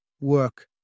work